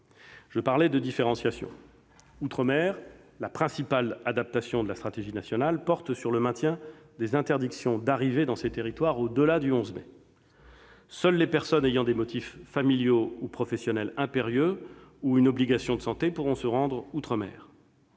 J'ai parlé de différenciation : outre-mer, la principale adaptation de la stratégie nationale porte sur le maintien des interdictions d'arriver dans ces territoires au-delà du 11 mai. Seules les personnes ayant des motifs familiaux ou professionnels impérieux, ou une obligation de santé, pourront se rendre outre-mer.